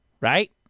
right